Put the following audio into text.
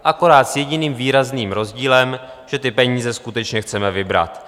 Akorát s jediným výrazným rozdílem, že ty peníze skutečně chceme vybrat.